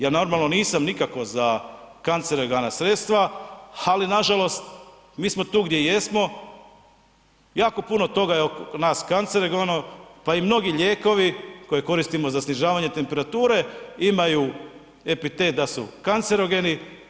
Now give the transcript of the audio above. Ja normalno nisam nikako za kancerogena sredstva, ali nažalost mi smo tu gdje jesmo, jako puno toga je oko nas kancerogeno, pa i mnogi lijekovi koje koristimo za snižavanje temperature imaju epitet da su kancerogeni.